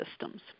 systems